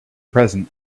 present